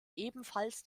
ebenfalls